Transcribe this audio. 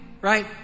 Right